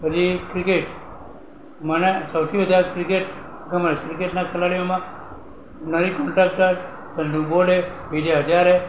પછી ક્રિકેટ મને સૌથી વધારે ક્રિકેટ ગમે છે ક્રિકેટના ખેલાડીઓમાં નરી કોન્ટ્રાક્ટર ચંદુ બોરડે વિજય હજારે